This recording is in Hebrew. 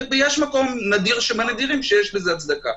ויש מקום נדיר שבנדירים שיש לזה הצדקה.